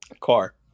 Car